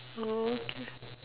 okay